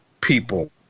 people